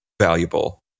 valuable